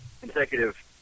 consecutive